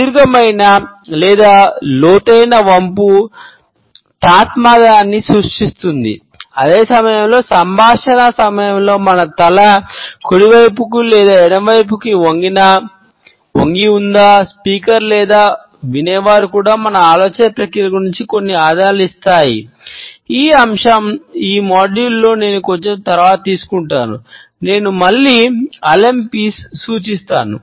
సుదీర్ఘమైన లేదా లోతైన వంపు సూచిస్తాను